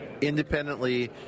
independently